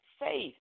faith